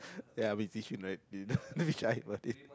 ya with Zhi-Shun right don't be shy about it